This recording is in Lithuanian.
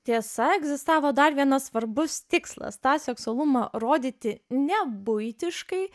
tiesa egzistavo dar vienas svarbus tikslas tą seksualumą rodyti ne buitiškai